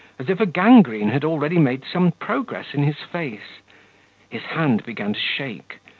as if a gangrene had already made some progress in his face his hand began to shake,